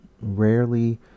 Rarely